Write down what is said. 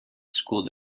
school